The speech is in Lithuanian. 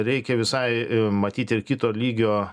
reikia visai matyt ir kito lygio